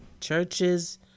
churches